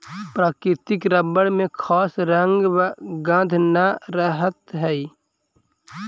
प्राकृतिक रबर में खास रंग व गन्ध न रहऽ हइ